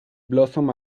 blossom